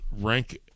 rank